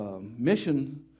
mission